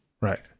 Right